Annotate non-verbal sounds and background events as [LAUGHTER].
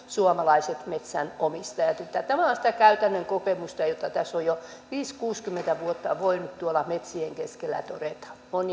[UNINTELLIGIBLE] suomalaiset metsänomistajat tämä on sitä käytännön kokemusta jota tässä on jo viisikymmentä viiva kuusikymmentä vuotta voinut tuolla metsien keskellä todeta